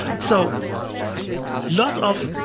so lot of